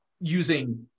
using